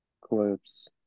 Clips